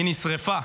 היא נשרפה.